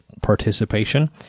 participation